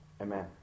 amen